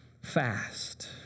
fast